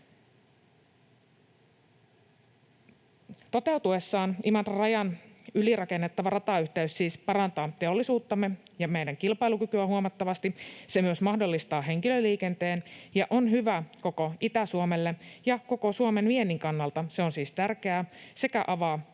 Toteutuessaan Imatran rajan yli rakennettava ratayhteys siis parantaa teollisuuttamme ja meidän kilpailukykyämme huomattavasti. Se myös mahdollistaa henkilöliikenteen ja on hyvä koko Itä-Suomelle, ja koko Suomen viennin kannalta se on siis tärkeää sekä avaa